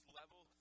level